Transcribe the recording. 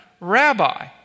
rabbi